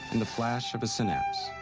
in the flash of a synapse,